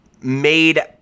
made